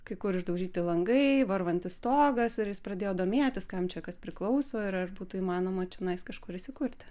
kai kur išdaužyti langai varvantis stogas ir jis pradėjo domėtis kam čia kas priklauso ir ar būtų įmanoma čionais kažkur įsikurti